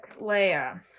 Leia